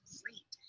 great